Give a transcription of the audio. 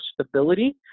stability